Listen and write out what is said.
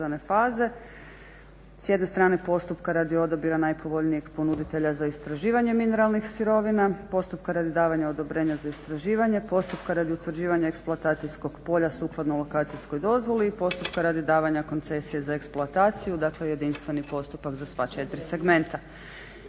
s jedne strane postupka radi odabira najpovoljnijeg ponuditelja za istraživanje mineralnih sirovina, postupka radi davanja odobrenja za istraživanje, postupka radi utvrđivanja eksploatacijskog polja sukladno lokacijskoj dozvoli, postupka radi davanja koncesije za eksploataciju, dakle jedinstveni postupak za sva 4 segmenta.